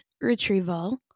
retrieval